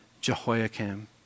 Jehoiakim